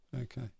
Okay